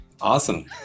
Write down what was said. Awesome